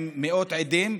עם מאות עדים,